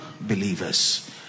believers